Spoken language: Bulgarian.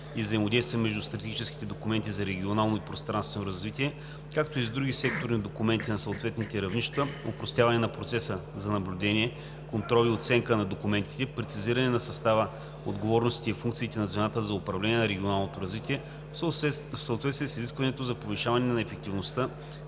и взаимодействия между стратегическите документи за регионално и пространствено развитие, както и с другите секторни документи на съответните равнища, опростяване на процеса за наблюдение, контрол и оценка на документите, прецизиране на състава, отговорностите и функциите на звената за управление на регионалното развитие в съответствие с изискването за повишаване на ефективността